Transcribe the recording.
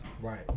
Right